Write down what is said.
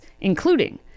including